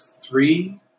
three